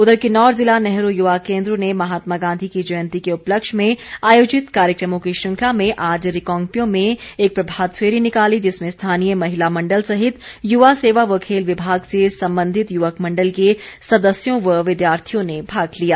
उधर किन्नौर ज़िला नेहरू युवा केन्द्र ने महात्मा गांधी की जयंती के उपलक्ष्य में आयोजित कार्यक्रमों की श्रृंखला में आज रिकांगपिओ में एक प्रभातफेरी निकाली जिसमें स्थानीय महिला मंडल सहित युवा सेवा व खेल विभाग से संबंधित युवक मंडल के सदस्यों व विद्यार्थियों ने भाग लिया